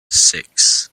six